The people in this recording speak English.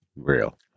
Real